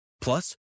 Plus